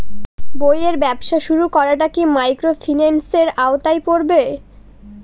বইয়ের ব্যবসা শুরু করাটা কি মাইক্রোফিন্যান্সের আওতায় পড়বে?